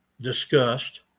discussed